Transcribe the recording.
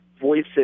voices